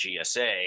GSA